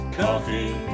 coffee